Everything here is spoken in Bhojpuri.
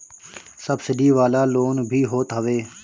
सब्सिडी वाला लोन भी होत हवे